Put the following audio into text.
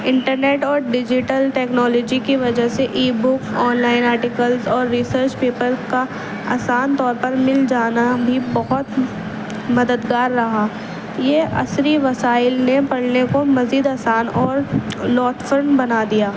inter net اور digital technology کی وجہ سے e book online articles اور ریسرچ پیپر کا آسان طور پر مل جانا بھی بہت مددگار رہا یہ عصری وسائل نے پڑھنے کو مزید آسان اور بنا دیا